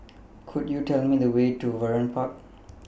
Could YOU Tell Me The Way to Vernon Park